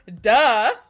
duh